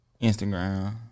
Instagram